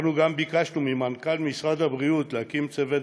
אנחנו גם ביקשנו ממנכ"ל משרד הבריאות להקים צוות